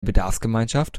bedarfsgemeinschaft